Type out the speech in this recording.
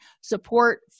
Support